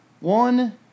One